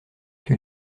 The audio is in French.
que